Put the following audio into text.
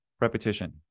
repetition